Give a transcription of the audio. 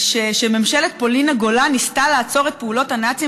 שממשלת פולין הגולה ניסתה לעצור את פעולות הנאצים